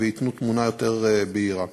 וייתנו תמונה יותר בהירה.